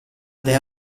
dea